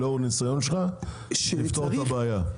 לאור הניסיון שלך, מה יפתור את הבעיה?